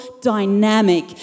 dynamic